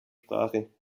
sprache